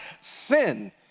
sin